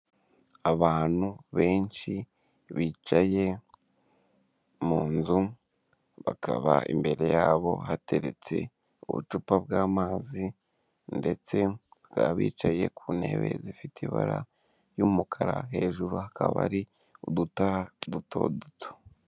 Abantu benshi bicaye mu nzu, bakaba imbere yabo hateretse ubucupa bw'amazi ndetse bakaba bicaye ku ntebe zifite ibara ry'umukara, hejuru hakaba hari udutara duto duto.